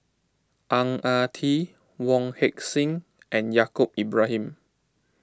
Ang Ah Tee Wong Heck Sing and Yaacob Ibrahim